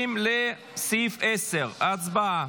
30 לסעיף 10. הצבעה.